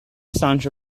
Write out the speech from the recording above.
sancho